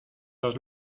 dos